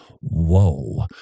whoa